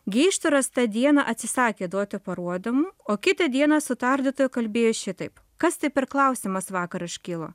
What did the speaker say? geištoras tą dieną atsisakė duoti parodymų o kitą dieną su tardytoju kalbėjo šitaip kas ti per klausimas vakar iškilo